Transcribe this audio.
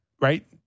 right